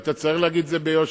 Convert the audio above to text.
ואתה צריך להגיד את זה ביושר.